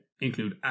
include